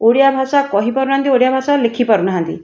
ଓଡ଼ିଆ ଭାଷା କହିପାରୁନାହାନ୍ତି ଓଡ଼ିଆ ଭାଷା ଲେଖିପାରୁନାହାନ୍ତି